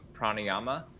pranayama